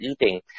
eating